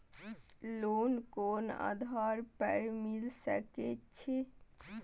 Loan कोन आधार पर मिल सके छे?